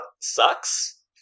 sucks